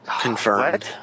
Confirmed